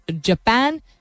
Japan